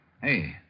Hey